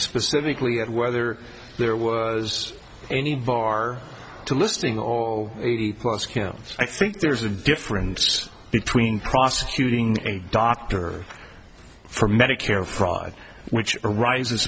specifically at whether there was any bar to listing or eighty plus kim i think there's a difference between prosecuting a doctor for medicare fraud which arise